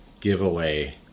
giveaway